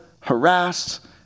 harassed